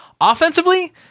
offensively